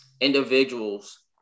individuals